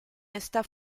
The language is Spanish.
esta